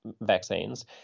vaccines